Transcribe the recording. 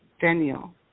Daniel